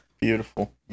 beautiful